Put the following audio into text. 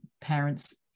parents